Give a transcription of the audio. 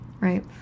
right